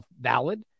valid